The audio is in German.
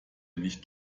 nicht